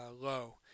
low